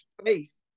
space